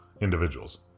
individuals